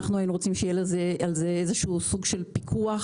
היינו רוצים שיהיה על זה איזשהו סוג של פיקוח.